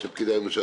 של פקידי הממשלה,